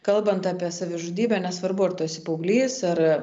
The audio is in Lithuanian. kalbant apie savižudybę nesvarbu ar tu esi paauglys ar